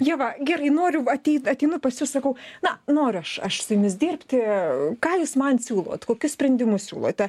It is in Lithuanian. ieva gerai noriu ateit ateinu pas jus sakau na noriu aš aš su jumis dirbti ką jūs man siūlot kokius sprendimus siūlote